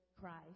Christ